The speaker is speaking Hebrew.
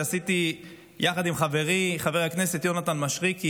שעשיתי יחד עם חברי חבר הכנסת יונתן מישרקי,